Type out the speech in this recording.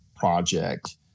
project